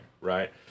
Right